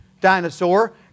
dinosaur